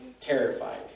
terrified